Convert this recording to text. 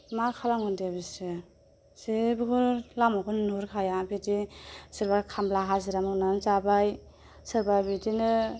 मा खालामगोन दे बिसोरो जेबोखौनो लामाखौनो नुहरखाया बिदि सोरबा खामला हाजिरा मावनानै जाबाय सोरबा बिदिनो